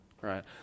right